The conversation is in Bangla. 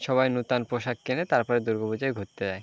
সবাই নুতন পোশাক কেনে তারপরে দুর্গা পুজোয় ঘুরতে যায়